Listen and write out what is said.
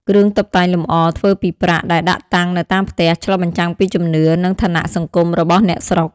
គ្រឿងតុបតែងលម្អ ធ្វើពីប្រាក់ដែលដាក់តាំងនៅតាមផ្ទះ ឆ្លុះបញ្ចាំងពីជំនឿ និងឋានៈសង្គមរបស់អ្នកស្រុក។